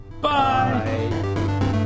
Bye